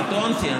קטונתי.